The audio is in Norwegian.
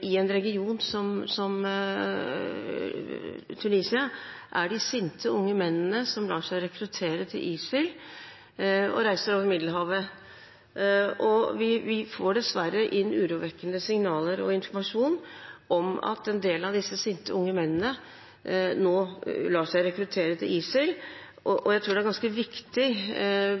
i en region som Tunisia, er de sinte unge mennene som lar seg rekruttere til ISIL, og som reiser over Middelhavet. Vi får dessverre inn urovekkende signaler og informasjon om at en del av disse sinte unge mennene nå lar seg rekruttere til ISIL, og jeg tror det er ganske viktig